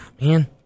man